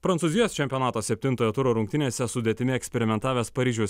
prancūzijos čempionato septintojo turo rungtynėse sudėtimi eksperimentavęs paryžiaus